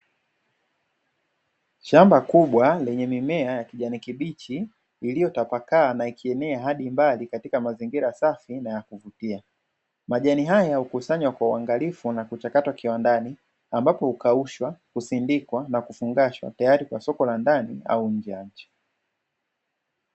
Shamba kubwa lenye mimea ya kijani kibichi, iliyotapakaa na ikienea hadi mbali katika mazingira safi na ya kuvutia. Majani haya hukusanywa kwa uangalifu na kuchakatwa kiwandani, ambapo: hukaushwa, husindikwa na kufungashwa tayari kwa soko la ndani au nje ya nchi.